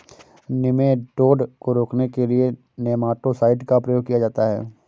nematode को रोकने के लिए नेमाटो साइड का प्रयोग किया जाता है